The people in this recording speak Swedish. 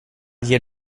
ger